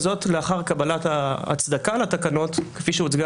וזאת לאחר קבלת ההצדקה לתקנות כפי שהוצגה